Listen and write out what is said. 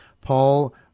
Paul